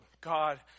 God